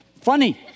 Funny